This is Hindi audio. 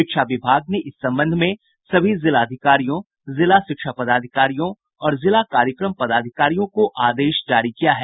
शिक्षा विभाग ने इस संबंध में सभी जिलाधिकारियों जिला शिक्षा पदाधिकारियों और जिला कार्यक्रम पदाधिकारियों को आदेश जारी किया है